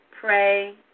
pray